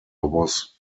was